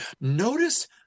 Notice